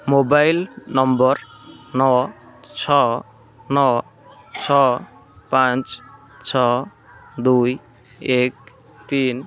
mobile number ନଅ ଛଅ ନଅ ଛଅ ପାଞ୍ଚ ଛଅ ଦୁଇ ଏକ ତିନ